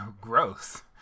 Gross